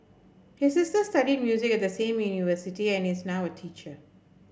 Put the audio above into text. his sister studied music at the same university and is now a teacher